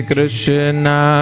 Krishna